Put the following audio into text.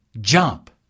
jump